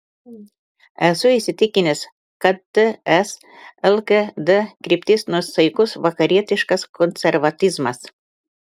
esu įsitikinęs kad ts lkd kryptis nuosaikus vakarietiškas konservatizmas